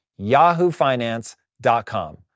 yahoofinance.com